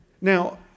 Now